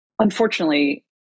unfortunately